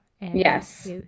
Yes